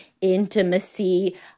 intimacy